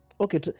Okay